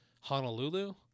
honolulu